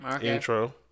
Intro